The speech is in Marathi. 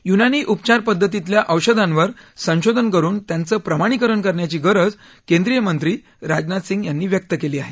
युनानी उपचार पद्धतीतल्या औषधांवर संशोधन करुन त्यांचं प्रमाणीकरण करण्याची गरज केंद्रीय मंत्री राजनाथ सिंह यांनी व्यक्त केली आहे